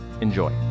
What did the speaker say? Enjoy